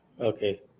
Okay